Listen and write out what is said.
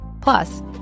Plus